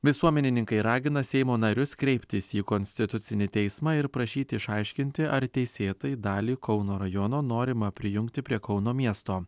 visuomenininkai ragina seimo narius kreiptis į konstitucinį teismą ir prašyti išaiškinti ar teisėtai dalį kauno rajono norima prijungti prie kauno miesto